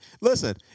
listen